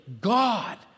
God